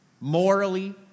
morally